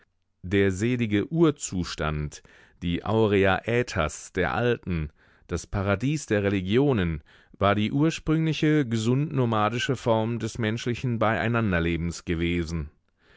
der selige urzustand die aurea aetas der alten das paradies der religionen war die ursprüngliche gesund nomadische form des menschlichen beieinanderlebens gewesen